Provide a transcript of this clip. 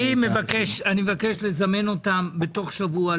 אני מבקש לזמן אותם לישיבה תוך שבוע.